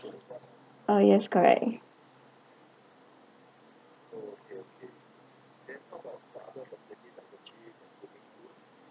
uh yes correct